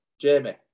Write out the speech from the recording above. Jamie